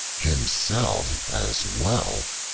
himself as well.